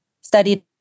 studied